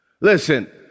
Listen